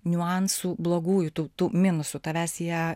niuansų blogųjų tų tų minusų tavęs jie